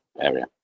area